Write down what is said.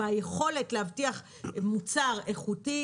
ביכולת להבטיח מוצר איכותי,